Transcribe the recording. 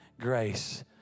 grace